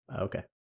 Okay